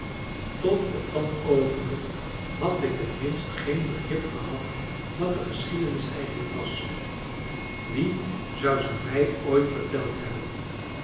tot op dat oogenblik had ik in het minst geen begrip gehad wat de geschiedenis eigenlijk was wie zou ze mij ooit verteld hebben